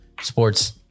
sports